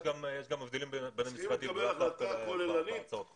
יש גם הבדלים בין המשרדים בהצעות חוק.